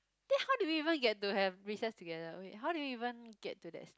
then how do we even get to have recess together wait how do we even get to that